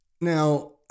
Now